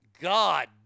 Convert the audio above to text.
God